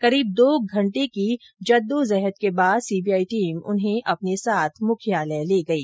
करीब दो घंटे की जद्दोजहद के बाद सीबीआई टीम उन्हें अपने साथ मुख्यालय ले गयी